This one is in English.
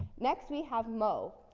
next we have moe.